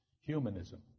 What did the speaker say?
Humanism